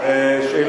שר הדתות?